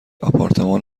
آپارتمان